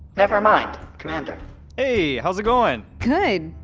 nevermind, commander hey, how's it goin'? good!